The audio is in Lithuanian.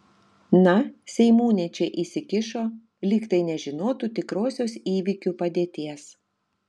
na seimūnė čia įsikišo lyg tai nežinotų tikrosios įvykių padėties